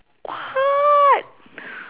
what